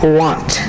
want